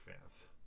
fans